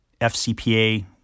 FCPA